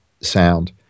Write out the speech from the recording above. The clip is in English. sound